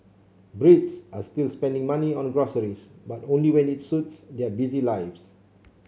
Brits are still spending money on groceries but only when it suits their busy lives